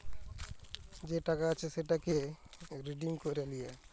যে টাকা আছে সেটকে রিডিম ক্যইরে লিয়া